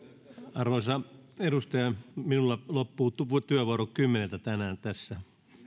arvoisa edustaja minulla loppuu työvuoro kymmeneltä tänään tässä